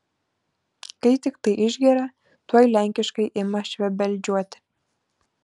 kai tiktai išgeria tuoj lenkiškai ima švebeldžiuoti